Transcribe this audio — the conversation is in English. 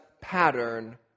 pattern